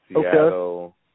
Seattle